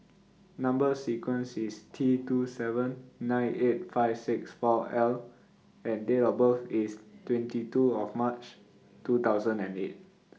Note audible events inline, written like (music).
Number sequence IS T two seven nine eight five six four L and Date of birth IS twenty two of March two thousand and eight (noise)